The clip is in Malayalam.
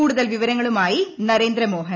കൂടുതൽ വിവരങ്ങളുമായി നരേന്ദ്രമോഹൻ